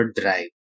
drive